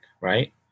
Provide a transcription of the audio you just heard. right